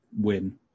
win